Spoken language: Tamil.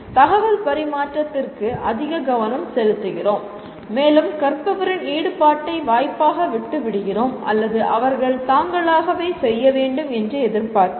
தகவல் பரிமாற்றத்திற்கு அதிக கவனம் செலுத்துகிறோம் மேலும் கற்பவரின் ஈடுபாட்டை வாய்ப்பாக விட்டு விடுகிறோம் அல்லது அவர்கள் தாங்களாகவே செய்ய வேண்டும் என்று எதிர்பார்க்கிறோம்